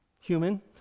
human